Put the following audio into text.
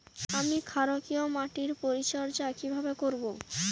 আমি ক্ষারকীয় মাটির পরিচর্যা কিভাবে করব?